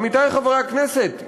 עמיתי חברי הכנסת,